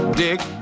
dick